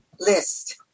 List